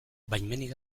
baimenik